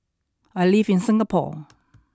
I live in Singapore